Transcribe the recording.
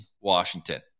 Washington